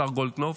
השר גולדקנופ,